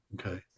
Okay